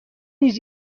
نیز